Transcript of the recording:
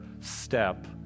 step